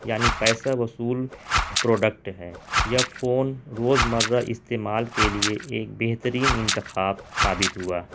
یعنی پیسہ وصول پروڈکٹ ہے یہ فون روز مرہ استعمال کے لیے ایک بہترین انتخاب ثابت ہوا